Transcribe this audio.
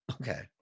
Okay